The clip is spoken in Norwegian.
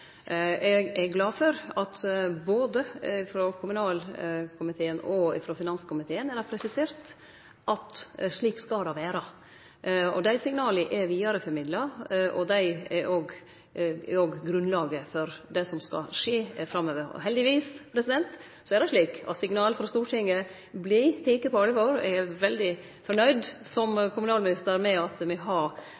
Eg er glad for at både kommunalkomiteen og finanskomiteen har presisert at slik skal det vere. Dei signala er vidareformidla, og dei er òg grunnlaget for det som skal skje framover. Heldigvis er det slik at signal frå Stortinget vert tekne på alvor. Eg er som kommunalminister veldig fornøgd med at me har årvakne komitear som